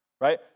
right